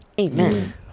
Amen